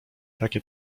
takie